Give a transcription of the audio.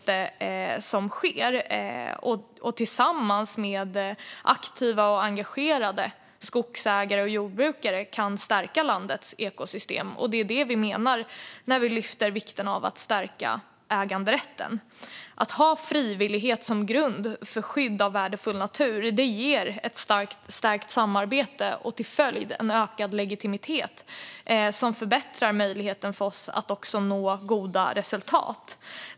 Tillsammans med aktiva och engagerade skogsägare och jordbrukare kan vi stärka landets ekosystem. Det är vad vi menar när vi lyfter upp vikten av att stärka äganderätten. Frivillighet som grund för skydd av värdefull natur ger ett starkt samarbete och till följd en ökad legitimitet som förbättrar möjligheten att nå goda resultat.